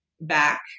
back